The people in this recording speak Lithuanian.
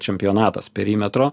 čempionatas perimetro